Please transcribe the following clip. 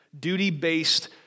duty-based